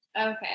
Okay